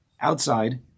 outside